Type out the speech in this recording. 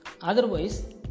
Otherwise